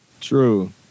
True